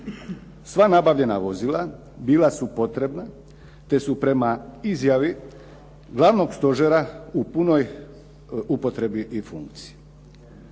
Sva nabavljena vozila bila su potrebna, te su prema izjavi glavnog stožera u punoj upotrebi i funkciji.